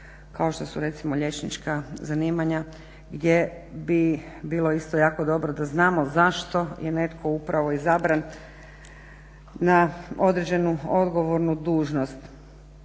kao što su recimo liječnička zanimanja gdje bi bilo isto jako dobro da znamo zašto je netko upravo izabran na određenu odgovornu dužnost.